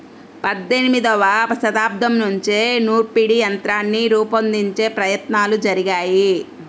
పద్దెనిమదవ శతాబ్దం నుంచే నూర్పిడి యంత్రాన్ని రూపొందించే ప్రయత్నాలు జరిగాయి